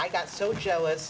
i got so jealous